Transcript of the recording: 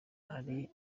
hari